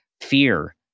fear